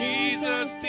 Jesus